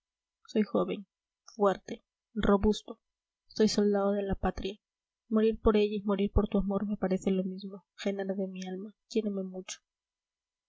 soy joven fuerte robusto soy soldado de la patria morir por ella y morir por tu amor me parece lo mismo genara de mi alma quiereme mucho